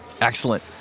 Excellent